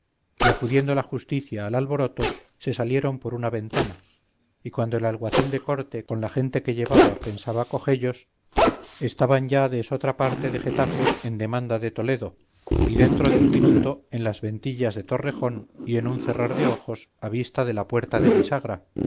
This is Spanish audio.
y acudiendo la justicia al alboroto se salieron por una ventana y cuando el alguacil de corte con la gente que llevaba pensaba cogellos estaban ya de esotra parte de getafe en demanda de toledo y dentro de un minuto en las ventillas de torrejón y en un cerrar de ojos a vista de la puerta de visagra